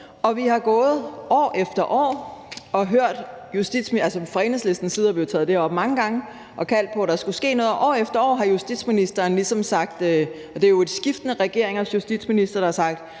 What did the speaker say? op mange gange og kaldt på, at der skulle ske noget, og år efter år har justitsministeren og